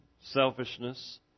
selfishness